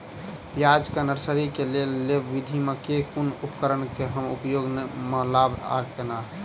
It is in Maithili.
प्याज केँ नर्सरी केँ लेल लेव विधि म केँ कुन उपकरण केँ हम उपयोग म लाब आ केना?